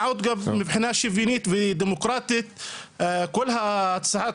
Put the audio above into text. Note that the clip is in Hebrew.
מה עוד שמבחינה שוויונית ודמוקרטית כל הצעת